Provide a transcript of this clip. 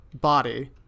body